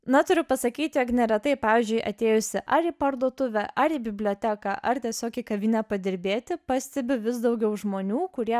na turiu pasakyti jog neretai pavyzdžiui atėjusi ar į parduotuvę ar į biblioteką ar tiesiog į kavinę padirbėti pastebiu vis daugiau žmonių kurie